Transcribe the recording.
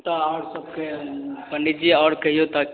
तऽ आओर सबके पंडीजी आओर कहियो तक